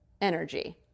energy